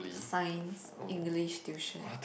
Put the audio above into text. science English tuition